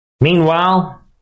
Meanwhile